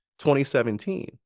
2017